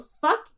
Fuck